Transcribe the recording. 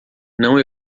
não